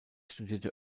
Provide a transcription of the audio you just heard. studierte